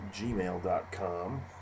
gmail.com